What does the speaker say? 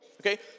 Okay